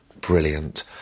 brilliant